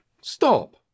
Stop